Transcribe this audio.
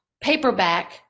paperback